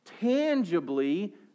tangibly